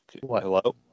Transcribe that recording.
Hello